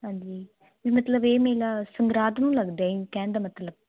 ਹਾਂਜੀ ਵੀ ਮਤਲਬ ਇਹ ਮੇਲਾ ਸੰਗਰਾਦ ਨੂੰ ਲੱਗਦਾ ਕਹਿਣ ਦਾ ਮਤਲਬ